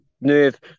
nerve